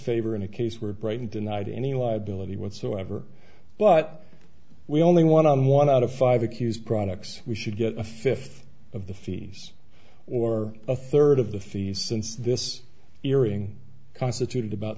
favor in a case where brighton denied any liability whatsoever but we only want one out of five accused products we should get a fifth of the fees or a third of the fee since this hearing constituted about